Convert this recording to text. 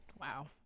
Wow